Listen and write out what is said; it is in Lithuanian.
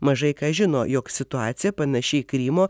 mažai ką žino jog situacija panaši į krymo